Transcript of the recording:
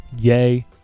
Yay